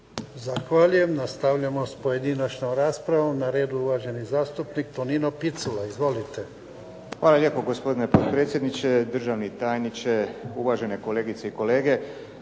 Zahvaljujem. Nastavljamo s pojedinačnom raspravom. Na redu je uvaženi zastupnik Tonino Picula. Izvolite. **Picula, Tonino (SDP)** Hvale lijepo. Gospodine potpredsjedniče, državni tajniče, uvažene kolegice i kolege.